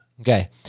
Okay